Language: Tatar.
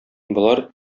болар